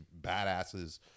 badasses